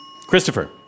Christopher